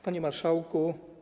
Panie Marszałku!